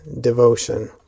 devotion